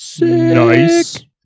Nice